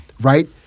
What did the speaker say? Right